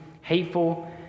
hateful